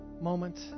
moment